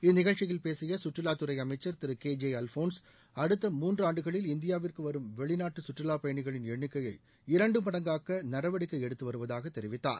இந்நிகழ்ச்சியில் பேசிய சுற்றுலாத்துறை அமைச்சர் திரு கே ஜே அல்ஃபோன்ஸ் அடுத்த மூன்று ஆண்டுகளில் இந்தியாவிற்கு வரும் வெளிநாட்டு கற்றுலாப் பயணிகளின் எண்ணிக்கையை இரண்டு மடங்காக்க நடவடிக்கை எடுத்து வருவதாக தெரிவித்தார்